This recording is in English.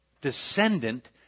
descendant